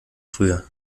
früher